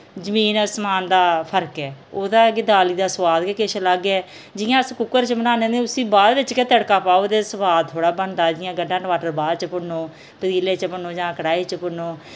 जमीन आसमान दा फर्क ऐ ओह्दा के दाली दा सुआद ई किश अलग ऐ जि'यां अस कुक्कर च बनान्ने ते उस्सी बाद बिच गै तड़का पाओ ते सुआद थोह्ड़ा बनदा जि'यां गंडा टमाटर बाद च भुन्नो पतीले च भुन्नो जां कड़ाही च भुन्नो